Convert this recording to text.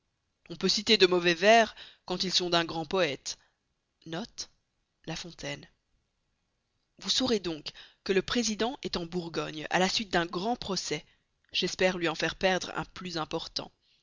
on peut citer de mauvais vers quand ils sont d'un grand poëte vous saurez donc que le président est en bourgogne à la suite d'un grand procès j'espère lui en faire perdre un plus important